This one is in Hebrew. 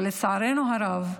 ולצערנו הרב,